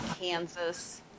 Kansas